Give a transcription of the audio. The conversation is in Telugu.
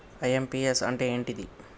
ఐ.ఎమ్.పి.యస్ అంటే ఏంటిది?